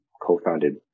co-founded